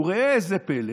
וראה איזה פלא,